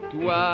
Toi